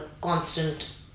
constant